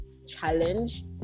challenge